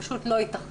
פשוט לא ייתכן.